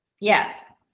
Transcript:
yes